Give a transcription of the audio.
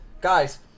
Guys